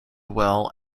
well